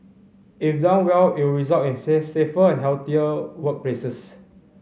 if done well it would result in safer and healthier workplaces